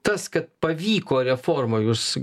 tas kad pavyko reforma jūs